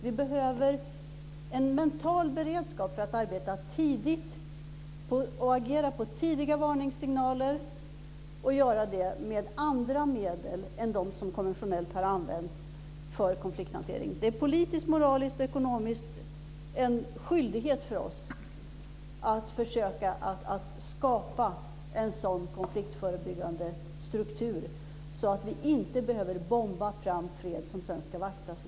Vi behöver en mental beredskap för att arbeta tidigt och agera på tidiga varningssignaler och att göra det med andra medel än de som konventionellt har använts för konflikthantering. Det är politiskt, moraliskt och ekonomiskt en skyldighet för oss att försöka skapa en sådan konfliktförebyggande struktur att vi inte behöver bomba fram fred som sedan ska vaktas i